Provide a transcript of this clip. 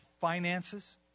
finances